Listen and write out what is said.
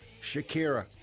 Shakira